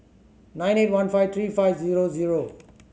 nine eight one five three five zero zero